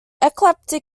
ecliptic